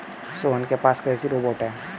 सोहन के पास कृषि रोबोट है